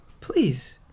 Please